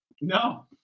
No